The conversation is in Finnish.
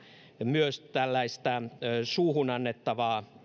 myös suuhun annettavaa